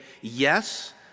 yes